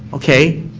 okay,